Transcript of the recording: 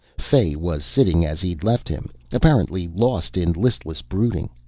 fay was sitting as he'd left him, apparently lost in listless brooding.